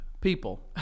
People